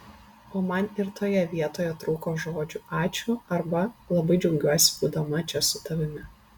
o man ir toje vietoje trūko žodžių ačiū arba labai džiaugiuosi būdama čia su tavimi